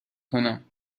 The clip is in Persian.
کنم